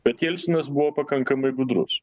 bet jelsinas buvo pakankamai gudrus